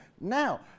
now